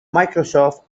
microsoft